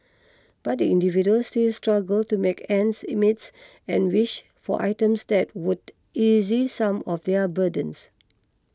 but the individuals still struggle to make ends meets and wish for items that would easy some of their burdens